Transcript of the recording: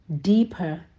deeper